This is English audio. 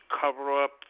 cover-up